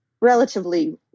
relatively